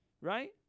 right